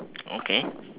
okay